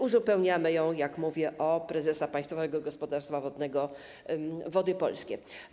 Uzupełniamy ją, jak mówię, o prezesa Państwowego Gospodarstwa Wodnego Wody Polskie.